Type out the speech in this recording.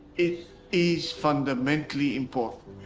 it is fundamentally important.